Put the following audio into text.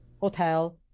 hotel